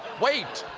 wait,